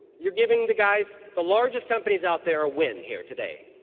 you are giving the guys the largest companies out there a win here today.